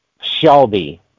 Shelby